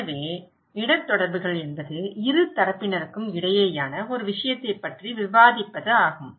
எனவே இடர் தொடர்புகள் என்பது இரு தரப்பினருக்கும் இடையேயான ஒரு விஷயத்தைப் பற்றி விவாதிப்பது என்பதாகும்